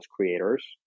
creators